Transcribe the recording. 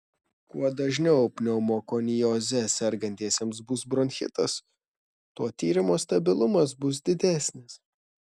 kuo dažniau pneumokonioze sergantiesiems bus bronchitas tuo tyrimo stabilumas bus didesnis